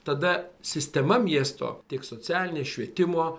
tada sistema miesto tik socialinę švietimo